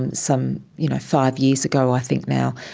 and some you know five years ago i think now,